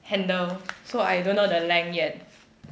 handle so I don't know the length yet